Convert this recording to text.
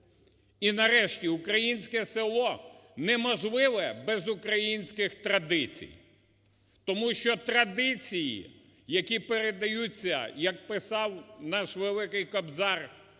І нарешті, українське село неможливе без українських традицій. Тому що традиції, які передаються, як писав наш великий Кобзар,